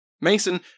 Mason